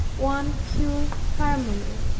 one pure harmony.